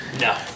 No